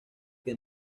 que